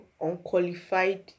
unqualified